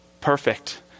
perfect